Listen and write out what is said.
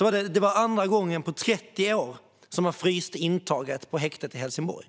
var det andra gången på 30 år som man frös intaget på häktet där.